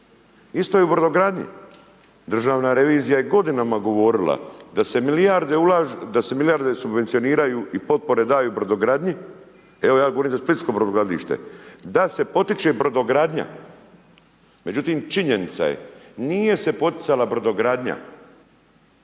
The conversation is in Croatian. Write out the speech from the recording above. Isto je u brodogradnji, državna revizija je godinama govorila, da se milijarde subvencioniraju i potpore daju brodogradnji, evo ja govorim za splitsko brodogradilište. Da se potiče brodogradnja, međutim, činjenica je, nije se poticala brodogradnja.